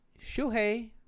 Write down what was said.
Shuhei